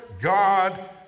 God